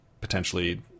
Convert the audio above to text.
potentially